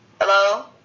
Hello